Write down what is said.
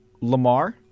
Lamar